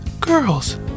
Girls